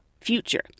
Future